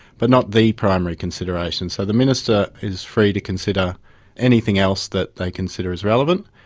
but not the primary consideration. so the minister is free to consider anything else that they consider is relevant,